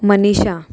Manisha